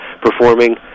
performing